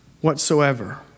whatsoever